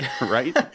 right